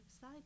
side